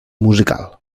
musical